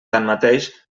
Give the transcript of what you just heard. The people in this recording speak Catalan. tanmateix